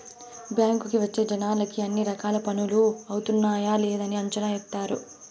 బ్యాంకుకి వచ్చే జనాలకి అన్ని రకాల పనులు అవుతున్నాయా లేదని అంచనా ఏత్తారు